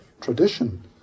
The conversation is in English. tradition